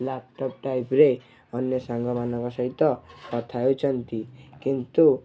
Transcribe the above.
laptop ଟ୍ୟାବ୍ରେ ଅନ୍ୟ ସାଙ୍ଗମାନଙ୍କ ସହିତ କଥା ହେଉଛନ୍ତି କିନ୍ତୁ